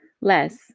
less